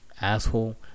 asshole